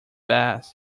bass